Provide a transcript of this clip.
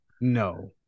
No